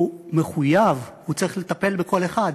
הוא מחויב, הוא צריך לטפל בכל אחד.